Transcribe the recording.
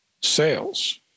sales